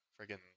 friggin